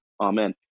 amen